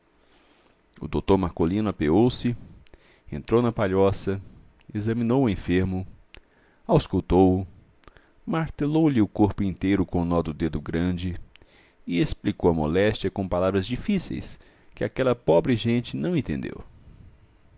o dr marcolino apeou-se entrou na palhoça examinou o enfermo auscultou o martelou lhe o corpo inteiro com o nó do dedo grande e explicou a moléstia com palavras difíceis que aquela pobre gente não entendeu